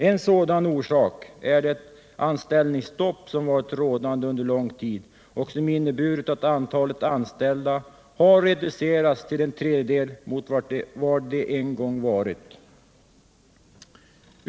En sådan orsak är det anställningsstopp som varit rådande under lång tid och som inneburit att antalet anställda har reducerats till en tredjedel mot vad det en gång varit.